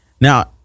Now